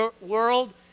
world